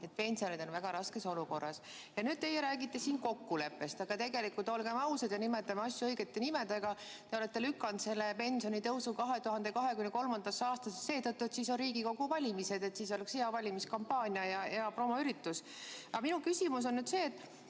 sest pensionärid on väga raskes olukorras. Ja nüüd teie räägite siin kokkuleppest. Tegelikult, olgem ausad ja nimetagem asju õigete nimedega: te olete lükanud selle pensionitõusu 2023. aastasse seetõttu, et siis on Riigikogu valimised, siis oleks hea valimiskampaania ja hea promoüritus. Aga minu küsimus on see, et